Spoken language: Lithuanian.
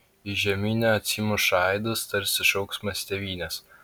į žeminę atsimuša aidas tarsi šauksmas tėvynės